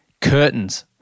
curtains